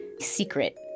secret